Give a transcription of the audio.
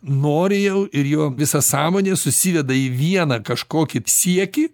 nori jau ir jo visa sąmonė susideda į vieną kažkokį siekį